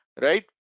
right